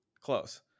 close